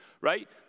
right